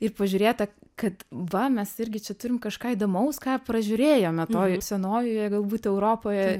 ir pažiūrėta kad va mes irgi čia turim kažką įdomaus ką pražiūrėjome toj senojoje galbūt europoje